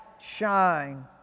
shine